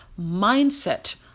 mindset